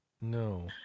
No